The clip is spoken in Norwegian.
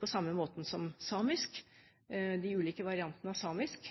på samme måten som når det gjelder de ulike variantene av samisk,